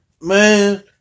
man